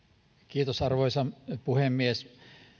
minuuttia arvoisa puhemies